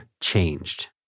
changed